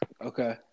Okay